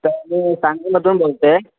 तर मी सांगलीमधून बोलतेय